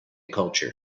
culture